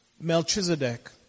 Melchizedek